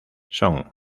son